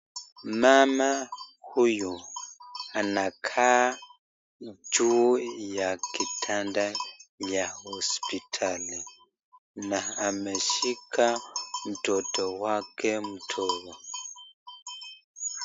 Mama huyu anakaa juu ya kitanda ya hospitali na ameshika mtoto wake mdogo.